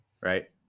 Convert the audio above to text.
right